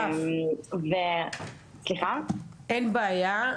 אין בעיה,